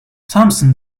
thompson